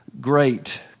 great